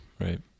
right